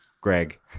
Greg